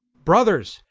brothers,